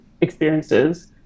experiences